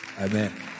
Amen